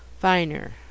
finer